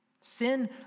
Sin